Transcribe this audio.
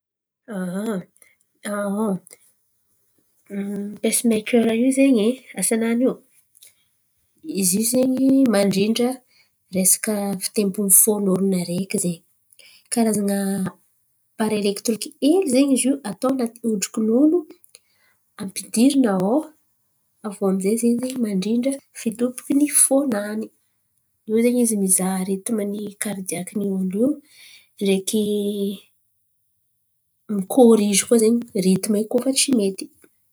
Aon, pasemakera io zen̈y asa-nany io Izo ze mandrindra resaka fitempon’ny fon’olon̈o araiky zen̈y. Karazan̈a aparey elekitironiky ely zen̈y zio atô anaty hodriki-nono ampidiriny ao. Aviô amizay ze mandrindra fidobokin’ny fo-nany, io zen̈y izy mizaha ritima karidiakin’ny olo ndraiky mikorizy ritima io koa fa tsy mety.